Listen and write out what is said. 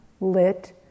lit